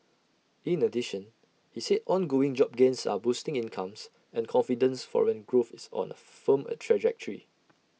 in addition he said ongoing job gains are boosting incomes and confidence foreign growth is on A firm A trajectory